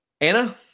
Anna